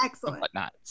whatnot